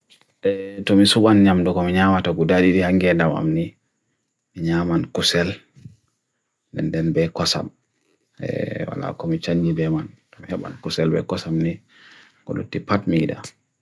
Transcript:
Tumisuban nyam dokom nyam ato gudadi ri hangi enda wam ni nyam man kusel nenden be kwasam. Wala komichan ni be man kusel be kwasam ni guduti patmida.